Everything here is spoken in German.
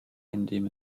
indem